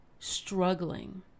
struggling